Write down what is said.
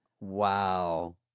wow